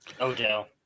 Odell